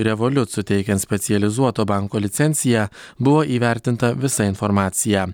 revoliut suteikiant specializuoto banko licenciją buvo įvertinta visa informacija